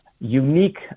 unique